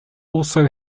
also